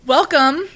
Welcome